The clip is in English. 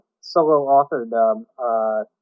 solo-authored